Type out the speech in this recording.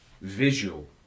visual